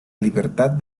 libertad